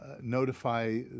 notify